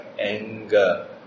anger